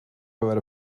gyfer